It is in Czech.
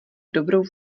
dobrou